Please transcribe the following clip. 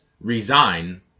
resign